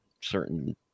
certain